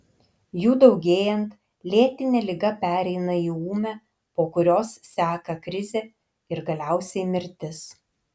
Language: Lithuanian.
jų daugėjant lėtinė liga pereina į ūmią po kurios seka krizė ir galiausiai mirtis